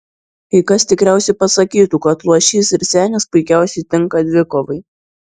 kai kas tikriausiai pasakytų kad luošys ir senis puikiausiai tinka dvikovai